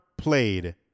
played